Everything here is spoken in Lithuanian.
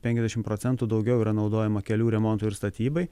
penkiasdešimt procentų daugiau yra naudojama kelių remontui ir statybai